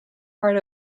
part